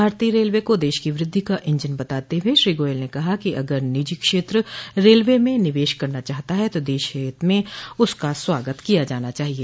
भारतीय रेलवे को देश की वृद्धि का इंजन बताते हुए श्री गोयल ने कहा कि अगर निजी क्षेत्र रेलवे में निवेश करना चाहता है तो देश के हित में उसका स्वागत किया जाना चाहिए